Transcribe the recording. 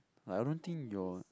like I don't think your